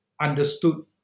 understood